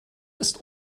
ist